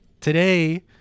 Today